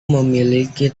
memiliki